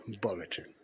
bulletin